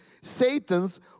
satan's